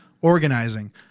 organizing